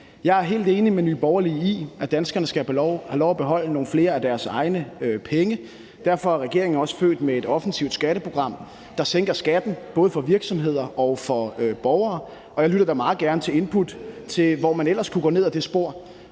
Jeg er helt enig med Nye Borgerlige i, at danskerne skal have lov at beholde nogle flere af deres egne penge. Derfor er regeringen også født med et offensivt skatteprogram, der sænker skatten både for virksomheder og for borgere. Og jeg lytter da meget gerne til input til, hvor man ellers kunne gå ned ad det spor.